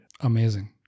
Amazing